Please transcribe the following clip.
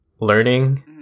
learning